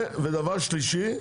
ודבר שלישי,